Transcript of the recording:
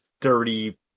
dirty